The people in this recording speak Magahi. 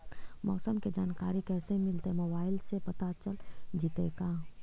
मौसम के जानकारी कैसे मिलतै मोबाईल से पता चल जितै का?